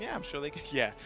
yeah i'm sure they could yeah